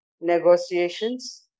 negotiations